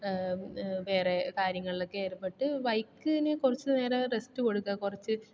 വേറെ കാര്യങ്ങളിലൊക്കെ ഏർപ്പെട്ട് ബൈക്കിന് കുറച്ച് നേരം റെസ്റ്റ് കൊടുക്കുക കുറച്ച്